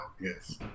Yes